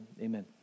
amen